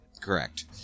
Correct